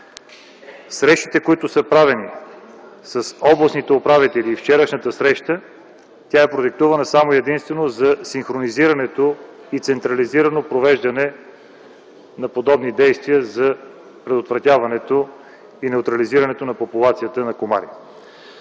Срещите, които са правени с областните управители, и вчерашната среща са продиктувани единствено и само за синхронизирането и централизираното провеждане на подобни действия за предотвратяването и неутрализирането на популацията на комари.